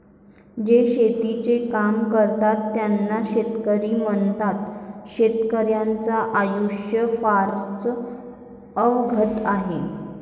जे शेतीचे काम करतात त्यांना शेतकरी म्हणतात, शेतकर्याच्या आयुष्य फारच अवघड आहे